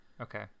Okay